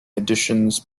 editions